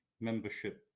membership